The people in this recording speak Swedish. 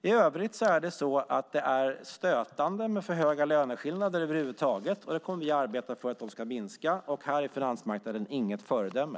I övrigt är det stötande med för stora löneskillnader över huvud taget. Vi kommer att arbeta för att de ska minska. Här är finansmarknaden inget föredöme.